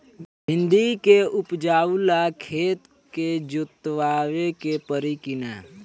भिंदी के उपजाव ला खेत के जोतावे के परी कि ना?